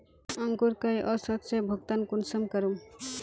अंकूर कई औसत से भुगतान कुंसम करूम?